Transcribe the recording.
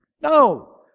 No